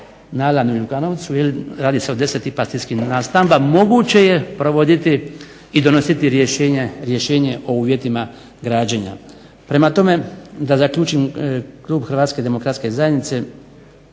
nastambama na …, radi se o 10 tih pastirskih nastamba moguće je provoditi i donositi rješenje o uvjetima građenja. Prema tome, da zaključim Klub Hrvatske demokratske zajednice